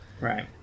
Right